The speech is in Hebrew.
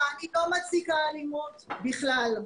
אני לא מצדיקה אלימות בכלל,